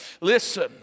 Listen